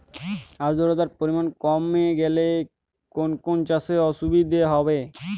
আদ্রতার পরিমাণ কমে গেলে কোন কোন চাষে অসুবিধে হবে?